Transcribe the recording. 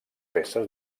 peces